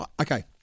okay